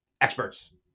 experts